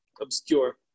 obscure